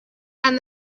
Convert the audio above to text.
and